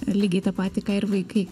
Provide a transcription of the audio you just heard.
lygiai tą patį ką ir vaikai